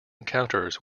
encounters